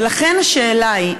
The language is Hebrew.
ולכן השאלה היא,